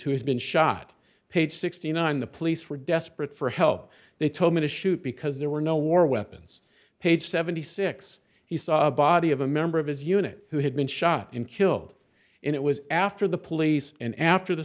had been shot page sixty nine the police were desperate for help they told me to shoot because there were no war weapons page seventy six he saw a body of a member of his unit who had been shot and killed and it was after the police and after the